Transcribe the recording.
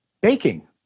baking